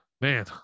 man